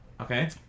Okay